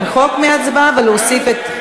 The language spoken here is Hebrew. למחוק מההצבעה ולהוסיף את,